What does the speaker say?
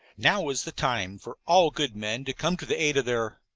now is the time for all good men to come to the aid of their